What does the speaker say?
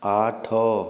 ଆଠ